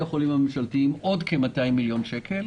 החולים הממשלתיים עוד כ-200 מיליון שקל